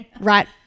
right